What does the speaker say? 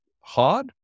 hard